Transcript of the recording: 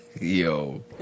Yo